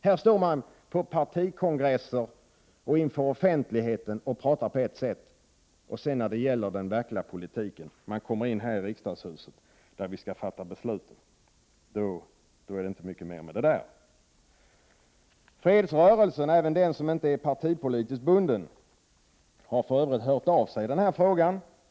Partiernas företrädare står på partikongresser och inför offentligheten och talar på ett sätt, och sedan när det gäller den verkliga politiken här i huset är det talet inte så mycket värt. Fredsrörelsen, även den som inte är partipolitiskt bunden, har för övrigt hört av sig i denna fråga.